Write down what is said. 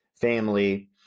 family